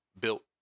built